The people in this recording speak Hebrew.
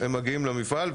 הם מגיעים למפעל,